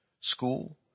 school